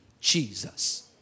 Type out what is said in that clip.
Jesus